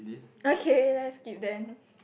okay let's skip then